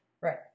right